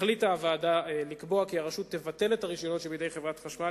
החליטה הוועדה לקבוע כי הרשות תבטל את הרשיונות שבידי חברת החשמל